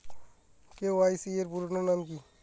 KYC এর পুরোনাম কী?